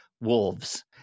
wolves